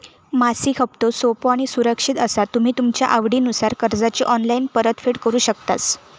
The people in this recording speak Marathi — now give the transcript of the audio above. मासिक हप्तो सोपो आणि सुरक्षित असा तुम्ही तुमच्या आवडीनुसार कर्जाची ऑनलाईन परतफेड करु शकतास